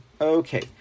Okay